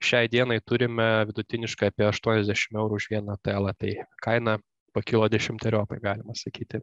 šiai dienai turime vidutiniškai apie aštuoniasdešim eurų už vieną telą tai kaina pakilo dešimteriopai galima sakyti